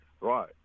right